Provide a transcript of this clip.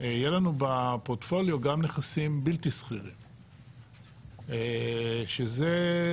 יהיה לנו ב-portfolio גם נכסים בלתי סחירים, שזה,